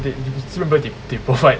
you still remember they provide